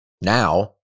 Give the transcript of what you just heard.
Now